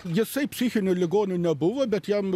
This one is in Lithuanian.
jisai psichinių ligonių nebuvo bet jam